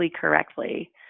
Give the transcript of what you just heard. correctly